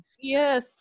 yes